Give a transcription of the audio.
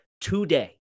today